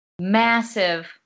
massive